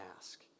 ask